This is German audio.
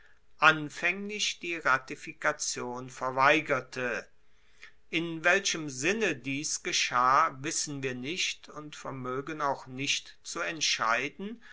anfaenglich die ratifikation verweigerte in welchem sinne dies geschah wissen wir nicht und vermoegen also nicht zu entscheiden